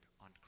on